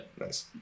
Nice